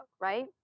right